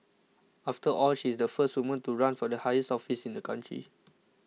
after all she's the first woman to run for the highest office in the country